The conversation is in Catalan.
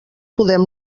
podem